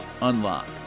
unlock